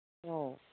ꯑꯧ